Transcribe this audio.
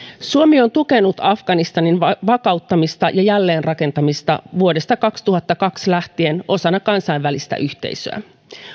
suomi on tukenut afganistanin vakauttamista ja jälleenrakentamista vuodesta kaksituhattakaksi lähtien osana kansainvälistä yhteisöä